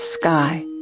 sky